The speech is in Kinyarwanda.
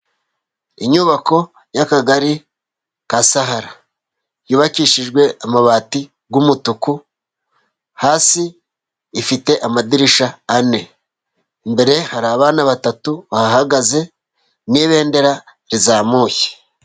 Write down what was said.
Inyubako y'akagari ka Sahara yubakishijwe amabati y'umutuku, hasi ifite amadirishya ane, imbere hari abana batatu bahagaze n'ibendera rizamuye.